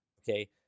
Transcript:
okay